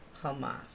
Hamas